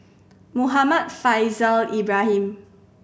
Muhammad Faishal Ibrahim